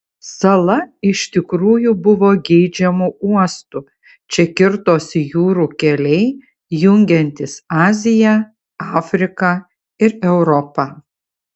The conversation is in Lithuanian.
sala iš tikrųjų buvo geidžiamu uostu čia kirtosi jūrų keliai jungiantys aziją afriką ir europą